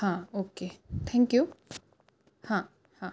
हां okay thank you हां हां